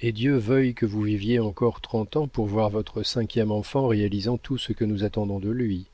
et dieu veuille que vous viviez encore trente ans pour voir votre cinquième enfant réalisant tout ce que nous attendons de lui